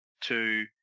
two